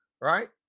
right